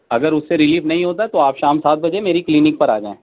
اگر اُس سے ریلیف نہیں ہوتا ہے تو آپ شام سات بجے میری کلینک پر آ جائیں